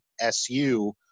SU